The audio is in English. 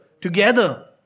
together